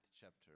chapter